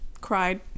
cried